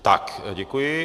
Tak děkuji.